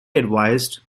advised